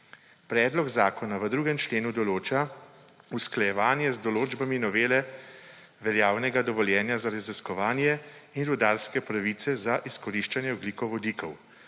Predlog zakona v 2. členu določa usklajevanje z določbami novele veljavnega dovoljenja za raziskovanje in rudarske pravice za izkoriščanje ogljikovodikov.